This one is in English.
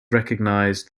recognized